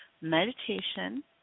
meditation